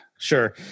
Sure